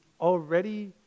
already